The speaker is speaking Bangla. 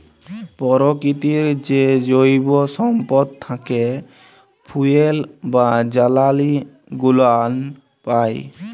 পরকিতির যে জৈব সম্পদ থ্যাকে ফুয়েল বা জালালী গুলান পাই